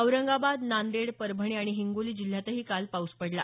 औरंगाबाद नांदेड परभणी आणि हिंगोली जिल्ह्यातही काल पाऊस पडला